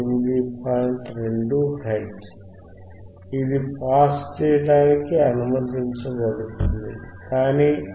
2 hertz ఇది pass చేయడానికి అనుమతించబడుతుంది అని మీరు గమనించగలరు